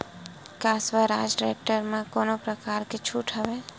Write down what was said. का स्वराज टेक्टर म कोनो प्रकार के छूट हवय?